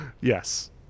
Yes